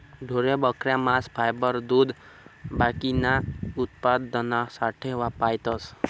ढोरे, बकऱ्या, मांस, फायबर, दूध बाकीना उत्पन्नासाठे पायतस